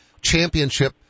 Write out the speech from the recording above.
championship